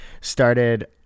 started